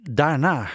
daarna